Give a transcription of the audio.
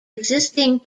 existing